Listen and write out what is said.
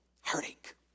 heartache